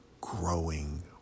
growing